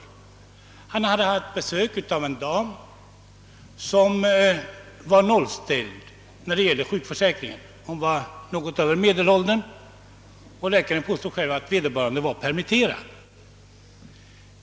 Han hade haft besök av en dam som var nollställd i sjukförsäkringen. Hon var något över medelåldern, och läkaren påstod att vederbörande var permitterad.